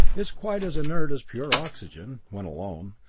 is quite as inert as pure oxygen when alone.